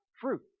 fruit